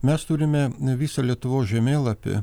mes turime visą lietuvos žemėlapį